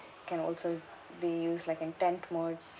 can also be used like in tent mode